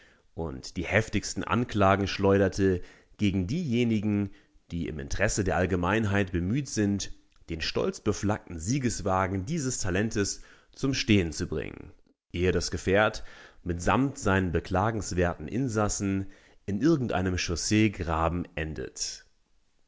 und die heftigsten anklagen schleuderte gegen diejenigen die im interesse der allgemeinheit bemüht sind den stolzbeflaggten siegeswagen dieses talentes zum stehen zu bringen ehe das gefährt mitsamt seinen beklagenswerten insassen in irgendeinem chausseegraben endet